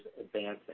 advancing